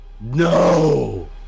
No